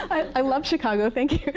i love chicago. thank you.